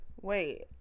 Wait